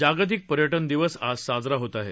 जागतिक पर्यटन दिवस आज साजरा होत आहे